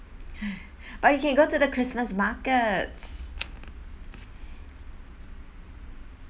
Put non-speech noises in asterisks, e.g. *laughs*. *laughs* but you can go to the christmas markets